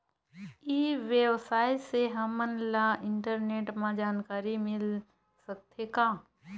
ई व्यवसाय से हमन ला इंटरनेट मा जानकारी मिल सकथे का?